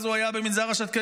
אז הוא היה במנזר השתקנים,